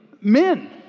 Men